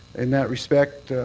in that respect,